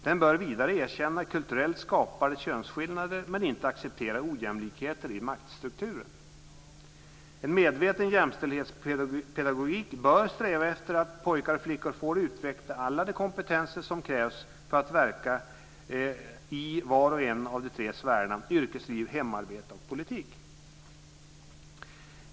Den bör vidare erkänna kulturellt skapade könsskillnader men inte acceptera ojämlikheter i maktstrukturen. En medveten jämställdhetspedagogik bör sträva efter att pojkar och flickor får utveckla alla de kompetenser som krävs för att verka i var och en av de tre sfärerna yrkesliv, hemarbete och politik.